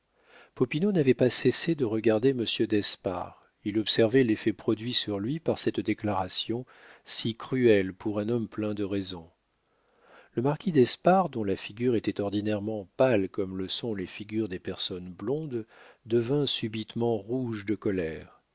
n'avait pas cessé de regarder monsieur d'espard il observait l'effet produit sur lui par cette déclaration si cruelle pour un homme plein de raison le marquis d'espard dont la figure était ordinairement pâle comme le sont les figures des personnes blondes devint subitement rouge de colère